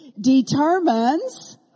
determines